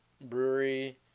brewery